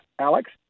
Alex